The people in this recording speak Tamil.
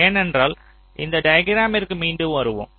ஏனென்றால் இந்த டயகீராமிற்கு மீண்டும் வருவோம்